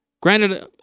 Granted